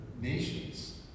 nations